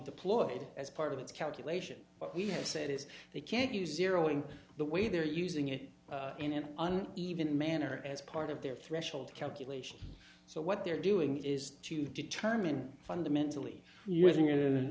deployed as part of its calculation what we have said is they can't use zero in the way they're using it in an even manner as part of their threshold calculation so what they're doing is to determine fundamentally you're doing it in